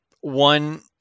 one